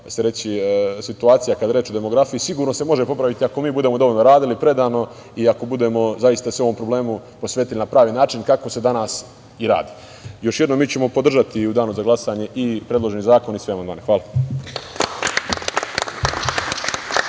se reći, situacija kada je reč o demografiji sigurno se može popraviti ako mi budemo dovoljno radili predano i ako se budemo zaista ovom problemu posvetili na pravi način, kako se danas i radi. Još jednom, mi ćemo podržati u danu za glasanje i predloženi zakon i sve amandmane. Hvala.